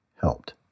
helped